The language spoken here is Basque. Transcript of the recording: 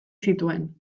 zituen